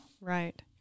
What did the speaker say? Right